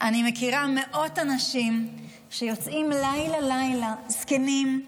אני מכירה מאות אנשים שיוצאים לילה-לילה, זקנים,